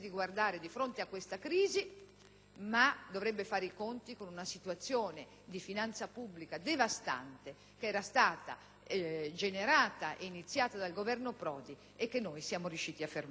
dovuto fare i conti con una situazione di finanza pubblica devastante, generata e iniziata dal Governo Prodi e che noi siamo riusciti a fermare.